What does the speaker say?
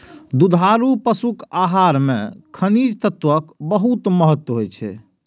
दुधारू पशुक आहार मे खनिज तत्वक बहुत महत्व होइ छै